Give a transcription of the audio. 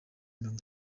mirongo